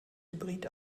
hybrid